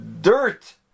dirt